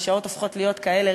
וקלישאות הופכות להיות כאלה